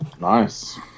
Nice